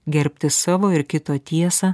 gerbti savo ir kito tiesą